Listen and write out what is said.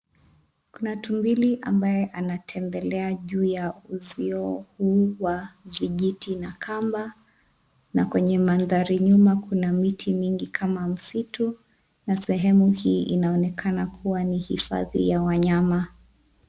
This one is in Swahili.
Kuna tumbili ambaye anatembelea juu ya uzio huu wa vijiti na kamba na kwenye mandhari nyuma kuna miti mingi kama msitu na sehemu hii inaonekana kuwa ni hifadhi ya wanyama.